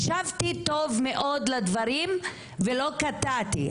הקשבתי טוב מאוד לדברים ולא קטעתי,